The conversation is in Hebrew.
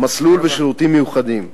מסלול ושירותים מיוחדים.